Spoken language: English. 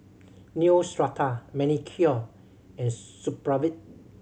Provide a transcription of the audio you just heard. Neostrata Manicare and Supravit